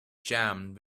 jammed